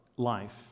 life